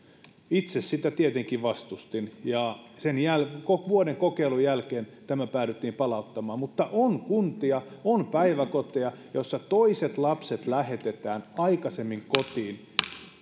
itse sitä tietenkin vastustin ja sen vuoden kokeilun jälkeen tämä päädyttiin palauttamaan mutta on kuntia on päiväkoteja joissa toiset lapset lähetetään aikaisemmin kotiin